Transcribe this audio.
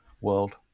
world